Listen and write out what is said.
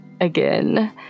again